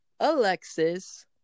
Alexis